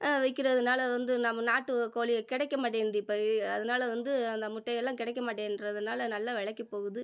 விற்கறதுனால வந்து நம்ம நாட்டுக்கோழி கிடைக்க மாட்டேன்து இப்போ அதனால் வந்து அந்த முட்டைகள்லாம் கிடைக்க மாட்டேன்றதனால நல்ல விலைக்கி போகுது